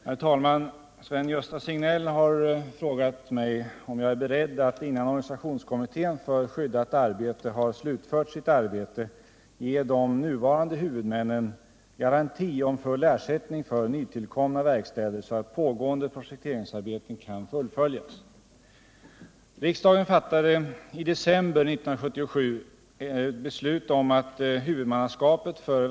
Herr talman! Sven-Gösta Signell har frågat mig om jag är beredd att innan organisationskommittén för skyddat arbete har slutfört sitt arbete ge de nuvarande huvudmännen garanti om full ersättning för nytillkomna verkstäder, så att pågående projekteringsarbeten kan fullföljas.